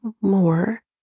more